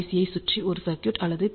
யைச் சுற்றி ஒரு சர்க்யூட் அல்லது பி